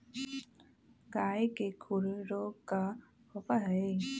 गाय के खुर रोग का होबा हई?